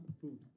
Food